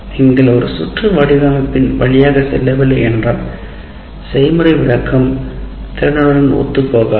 நீங்கள் ஒரு சுற்று வடிவமைப்பின் வழியாக செல்லவில்லை என்றால் செய்முறை விளக்கம் திறனுடன் ஒத்துப் போகாது